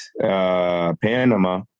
Panama